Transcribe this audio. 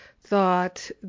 thought